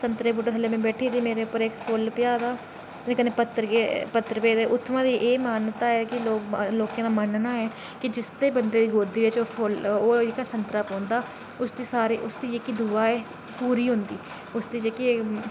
संतरे दे बूह्टे थल्लै में बैठी दी रेही ते मेरे पर फुल्ल पेआ तां ओह्दे कन्नै पत्तर पे ते उत्थूं दी मान्यता ऐ कि लोकें दा मन नना होऐ कि जिसदे गोदी बिच ओह् फुल्ल ते संतरा पौंदा उसदी जेह्की दुआ ऐ ओह् पूरी होंदी उसदी जेह्की एह्